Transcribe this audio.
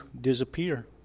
disappear